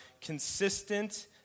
consistent